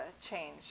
change